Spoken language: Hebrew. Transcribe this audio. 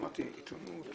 אמרתי עיתונות,